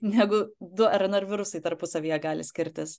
negu du rnr virusai tarpusavyje gali skirtis